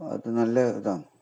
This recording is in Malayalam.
അത് നല്ല ഇതാണ്